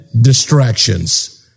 distractions